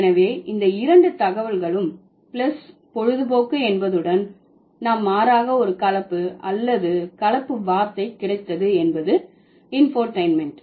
எனவே இந்த இரண்டு தகவல்களும் பிளஸ் பொழுதுபோக்கு என்பதுடன் நாம் மாறாக ஒரு கலப்பு அல்லது கலப்பு வார்த்தை கிடைத்தது என்பது இன்ஃபோடெயின்மென்ட்